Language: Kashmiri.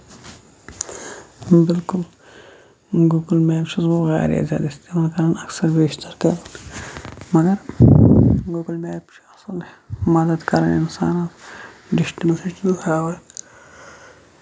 بِلکُل گوٗگٔل میپ چھُس بہٕ واریاہ زیادٕ اِستعمال کران اَکثر بیشتر تہٕ مَگر گوٗگل میپ چھُ واریاہ مَدد کران اِنسانَس ڈِسٹنس چھِ اَسہِ ہاوان